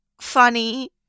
funny